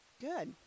good